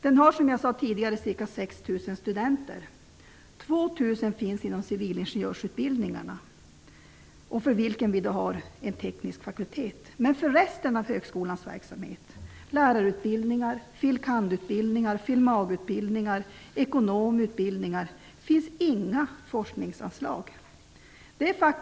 Den har, som jag sade tidigare, ca 6 000 studenter. 2 000 finns inom civilingenjörsutbildningarna, för vilka det finns en teknisk fakultet. Men för resten av högskolans verksamhet -- lärarutbildningar, filosofie-kandidatutbildningar, filosofie-magister-utbildningar och ekonomutbildningar -- finns det inga forskningsanslag.